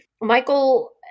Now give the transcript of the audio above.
Michael